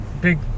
big